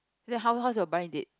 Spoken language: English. then how how's your blind date